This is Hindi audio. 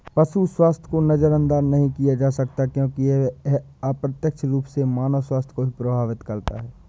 पशु स्वास्थ्य को नजरअंदाज नहीं किया जा सकता क्योंकि यह अप्रत्यक्ष रूप से मानव स्वास्थ्य को भी प्रभावित करता है